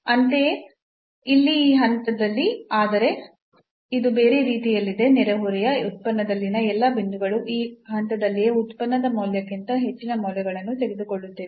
ಅಂತೆಯೇ ಇಲ್ಲಿ ಈ ಹಂತದಲ್ಲಿ ಆದರೆ ಇದು ಬೇರೆ ರೀತಿಯಲ್ಲಿದೆ ನೆರೆಹೊರೆಯ ಉತ್ಪನ್ನದಲ್ಲಿನ ಎಲ್ಲಾ ಬಿಂದುಗಳು ಈ ಹಂತದಲ್ಲಿಯೇ ಉತ್ಪನ್ನದ ಮೌಲ್ಯಕ್ಕಿಂತ ಹೆಚ್ಚಿನ ಮೌಲ್ಯಗಳನ್ನು ತೆಗೆದುಕೊಳ್ಳುತ್ತಿವೆ